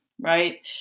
right